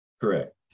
Correct